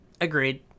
Agreed